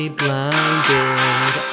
blinded